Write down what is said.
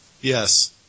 Yes